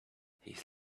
his